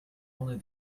only